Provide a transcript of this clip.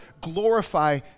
glorify